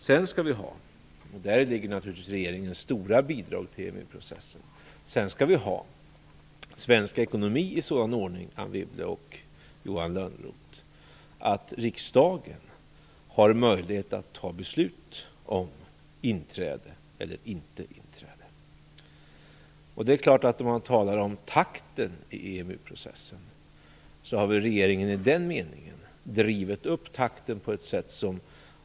Sedan skall vi ha - däri ligger naturligtvis regeringens stora bidrag till EMU-processen - svensk ekonomi i sådan ordning, Anne Wibble och Johan Lönnroth, att riksdagen har möjlighet att ta beslut om inträde eller inte inträde. Det är väl klart att regeringen har drivit upp takten i EMU-processen.